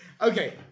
Okay